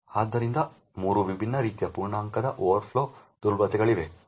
ಆದ್ದರಿಂದ 3 ವಿಭಿನ್ನ ರೀತಿಯ ಪೂರ್ಣಾಂಕದ ಓವರ್ಫ್ಲೋ ದುರ್ಬಲತೆಗಳಿವೆ